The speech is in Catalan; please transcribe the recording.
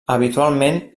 habitualment